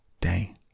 day